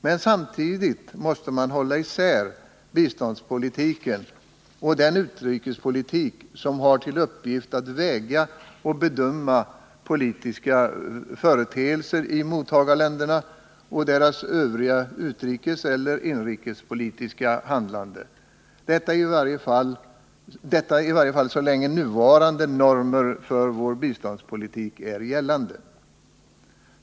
Men samtidigt måste man hålla isär biståndspolitiken och den utrikespolitik som har till uppgift att väga och bedöma politiska företeelser i mottagarländerna och deras övriga utrikeseller inrikespolitiska handlande — detta i varje fall så länge nuvarande normer för vår biståndspolitik är gällande.